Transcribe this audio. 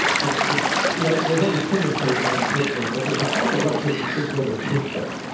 it's it's you know, there's all these famous places in switzerland, but there's also a lot of places just where the swiss go.